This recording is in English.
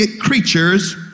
creatures